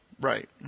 Right